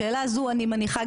השאלה הזו אני מניחה,